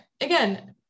again